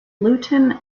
luton